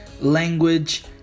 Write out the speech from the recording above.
language